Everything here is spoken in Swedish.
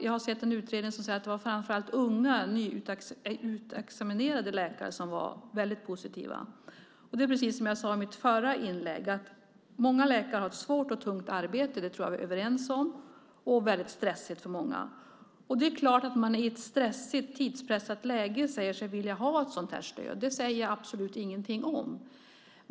Jag har sett en utredning som säger att det framför allt var unga, nyutexaminerade läkare som var väldigt positiva. Det är precis som jag sade i mitt förra inlägg. Att många läkare har ett svårt och tungt arbete tror jag att vi är överens om. Det är väldigt stressigt för många. Det är klart att man i ett stressigt, tidspressat, läge säger sig vilja ha ett sådant här stöd. Det säger jag absolut ingenting om.